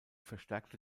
verstärkte